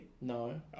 No